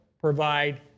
provide